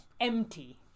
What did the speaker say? Empty